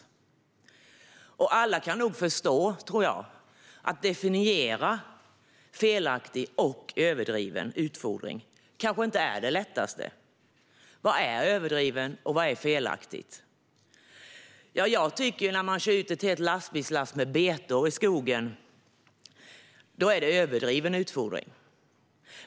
Jag tror att alla kan förstå att det kanske inte är det lättaste att definiera vad som är felaktig och överdriven utfodring. Vad är överdriven utfodring, och vad är felaktig utfodring? Ja, när man kör ut ett helt lastbilslass betor i skogen tycker jag att det är överdriven utfodring.